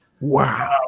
wow